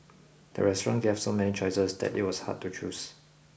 the restaurant gave so many choices that it was hard to choose